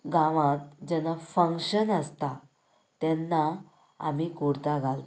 गांवांत जेन्ना फंक्शन आसता तेन्ना आमी कुर्ता घालता